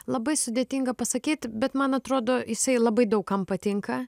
labai sudėtinga pasakyt bet man atrodo jisai labai daug kam patinka